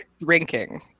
drinking